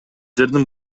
жердин